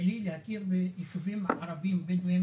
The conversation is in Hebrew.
להכיר בעוד יישובים בדואים